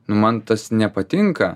nu man tas nepatinka